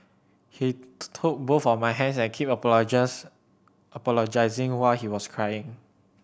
he took both of my hands and kept apologise apologising while he was crying